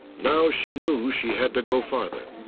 now she knew she had to go farther.